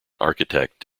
architect